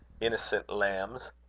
innocent lambs!